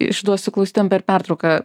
išduosiu klausytojam per pertrauką